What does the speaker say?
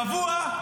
קבוע,